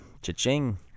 cha-ching